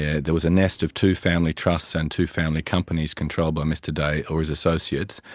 yeah there was a nest of two family trusts and two family companies controlled by mr day or his associates,